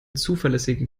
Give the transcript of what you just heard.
zuverlässigen